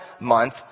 month